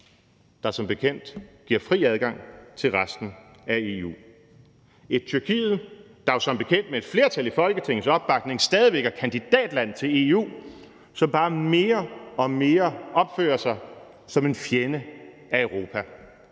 der som bekendt giver fri adgang til resten af EU. Det er et Tyrkiet, der jo som bekendt med opbakning fra et flertal i Folketinget stadig væk er kandidatland til EU, og som bare mere og mere opfører sig som en fjende af Europa,